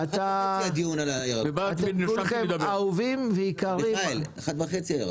הם עולים לאוטובוס נגיש, אין להם